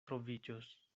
troviĝos